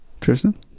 Tristan